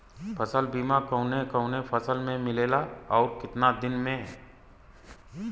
फ़सल बीमा कवने कवने फसल में मिलेला अउर कितना दिन में?